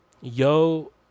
yo